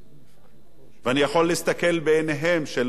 ואני יכול להסתכל בעיניהם של אלה,